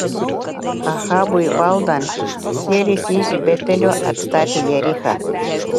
ahabui valdant hielis iš betelio atstatė jerichą